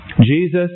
Jesus